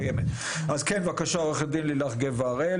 עורכת הדין לילך גבע-הראל,